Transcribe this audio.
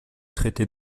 traité